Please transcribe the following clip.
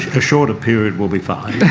a shorter period will be fine.